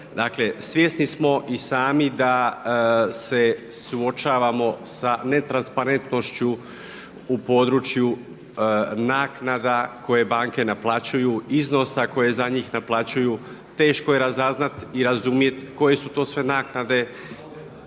svjesni smo i sami da se suočavamo sa ne transparentnošću u području naknada koje banke naplaćuju, iznosa koje za njih naplaćuju. Teško je razaznati i razumjeti koje su to sve naknade,